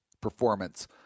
performance